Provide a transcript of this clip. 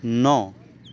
نو